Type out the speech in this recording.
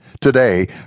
Today